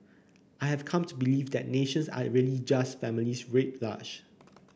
I have come to believe that nations are really just families writ large